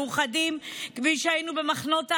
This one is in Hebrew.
מאוחדים כפי שהיינו במחנות העבודה,